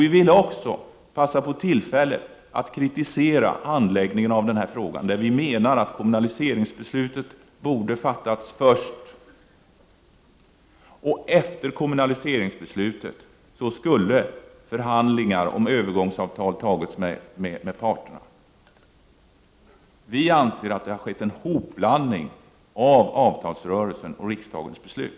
Vi vill också passa på tillfället att kritisera handläggningen av den här frågan. Vi menar att kommunaliseringsbeslutet borde ha fattats först. Efter kommunaliseringsbeslutet skulle förhandlingar om övergångsavtal tagits upp med parterna. Vi anser att det har skett en hopblandning av avtalsrörelsen och riksdagens beslut.